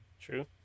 True